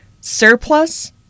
Surplus